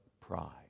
pride